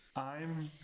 i'm.